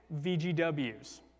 VGWs